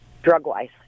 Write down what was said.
Drug-wise